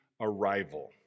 arrival